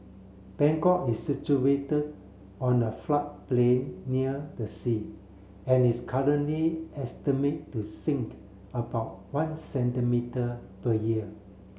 Bangkok is situated on a floodplain near the sea and is currently estimated to sink about one centimetre per year